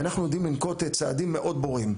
ואנחנו יודעים לנקוט צעדים מאוד ברורים.